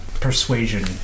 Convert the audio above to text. persuasion